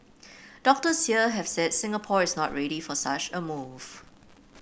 doctors here have said Singapore is not ready for such a move